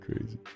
crazy